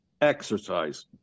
exercise